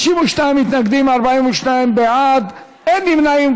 52 מתנגדים, 42 בעד, אין נמנעים.